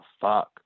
fuck